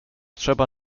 trzeba